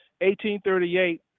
1838